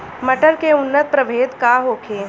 मटर के उन्नत प्रभेद का होखे?